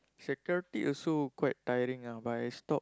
security also quite tiring ah but I stop